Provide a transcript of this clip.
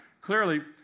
clearly